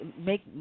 make